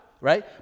right